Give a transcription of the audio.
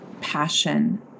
passion